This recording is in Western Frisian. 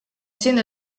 tsjin